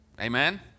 Amen